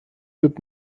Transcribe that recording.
with